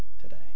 today